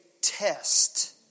test